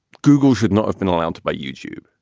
google should not have been allowed to buy youtube